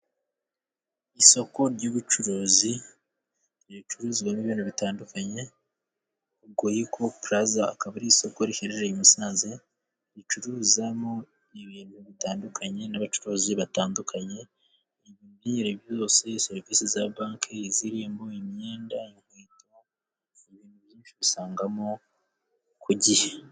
Isoko ry'ubucuruzi，ricuruzwamo ibintu bitandukanye， goyiko puraza akaba ari isoko riherereye i Musanze， ricuruzamo ibintu bitandukanye n'abacuruzi batandukanye， ibintu by’ingeri byose， serivisi za banki zirimo， imyenda，inkweto， ibintu byinshi ubisangamo ku gihe.